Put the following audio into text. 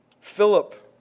Philip